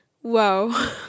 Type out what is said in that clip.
whoa